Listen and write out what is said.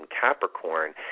Capricorn